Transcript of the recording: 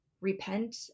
repent